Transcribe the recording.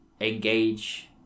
engage